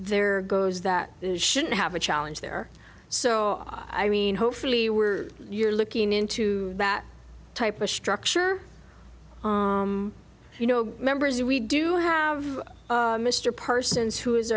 there goes that shouldn't have a challenge there so i mean hopefully we're you're looking into that type of structure you know members we do have mr parsons who is